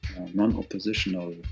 non-oppositional